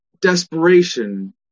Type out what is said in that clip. desperation